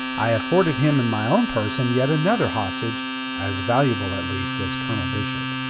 i afforded him in my own person yet another hostage as valuable at least as colonel bishop.